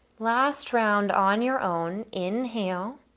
last round on your own. inhale,